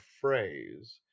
phrase